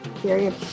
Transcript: Period